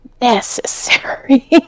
necessary